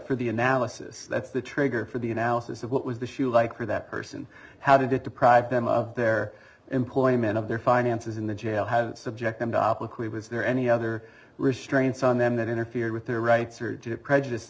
for the analysis that's the trigger for the analysis of what was the shoe like for that person how did it deprived them of their employment of their finances in the jail have subject them to was there any other restraints on them that interfered with their rights or to prejudice